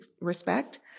respect